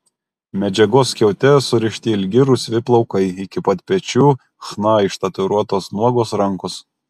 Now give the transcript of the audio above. medžiagos skiaute surišti ilgi rusvi plaukai iki pat pečių chna ištatuiruotos nuogos rankos